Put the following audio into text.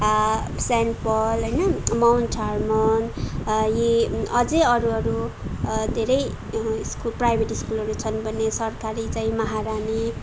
saint Paul होइन Mount Hermon यी अझै अरू अरू धेरै स्कु प्राइभेट स्कुलहरू छन् भने सरकारी चाहिँ महारानी